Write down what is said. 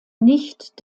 nicht